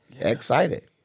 excited